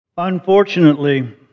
Unfortunately